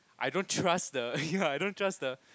I don't trust the ya I don't trust the